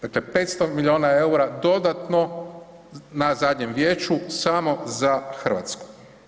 Dakle, 500 miliona EUR-a dodatno na zadnjem vijeću samo za Hrvatsku.